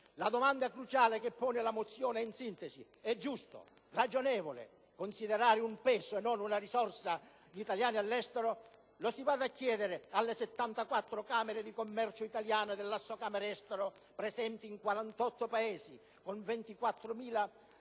La domanda cruciale che in sintesi pone la mozione è se sia giusto, ragionevole, considerare un peso, e non una risorsa, gli italiani all'estero. Lo si vada a chiedere alle 74 Camere di commercio italiane dell'Assocamerestero presenti in 48 Paesi, con 24.000